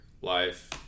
life